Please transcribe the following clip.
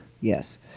Yes